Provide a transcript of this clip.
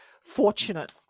Fortunate